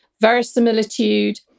verisimilitude